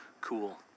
Cool